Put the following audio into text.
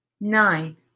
nine